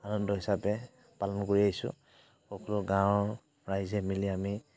আনন্দ হিচাপে পালন কৰি আহিছোঁ সকলো গাঁৱৰ ৰাইজে মিলি আমি